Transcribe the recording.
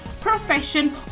profession